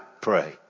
pray